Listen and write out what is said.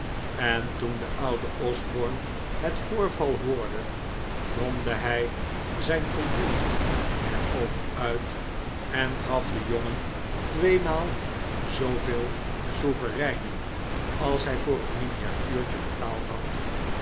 en toen de oude osborne het voorval hoorde gromde hij zijn voldoening er over uit en gaf den jongen tweemaal zooveel souvereinen als hij voor het miniatuurtje betaald had